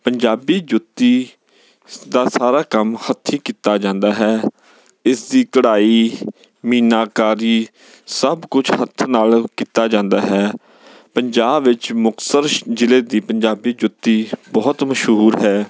ਪੰਜਾਬੀ ਜੁੱਤੀ ਦਾ ਸਾਰਾ ਕੰਮ ਹੱਥੀਂ ਕੀਤਾ ਜਾਂਦਾ ਹੈ ਇਸ ਦੀ ਕਢਾਈ ਮੀਨਾਕਾਰੀ ਸਭ ਕੁਛ ਹੱਥ ਨਾਲ ਕੀਤਾ ਜਾਂਦਾ ਹੈ ਪੰਜਾਬ ਵਿੱਚ ਮੁਕਤਸਰ ਜ਼ਿਲ੍ਹੇ ਦੀ ਪੰਜਾਬੀ ਜੁੱਤੀ ਬਹੁਤ ਮਸ਼ਹੂਰ ਹੈ